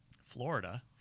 Florida